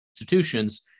institutions